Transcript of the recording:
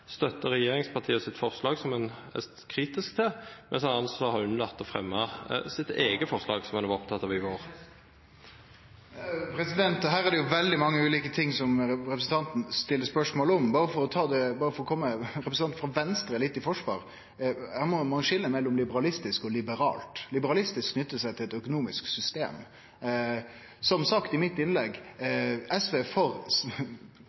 støtter regjeringspartienes forslag, som en er kritisk til, mens en altså har unnlatt å fremme sitt eget forslag, som en var opptatt av i vår. Her er det veldig mange ulike ting som representanten stiller spørsmål om. Berre for å ta representanten frå Venstre litt i forsvar: Her må ein skilje mellom liberalistisk og liberalt. Liberalistisk knyter seg til eit økonomisk system. Som sagt i innlegget mitt: SV er for